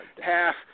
half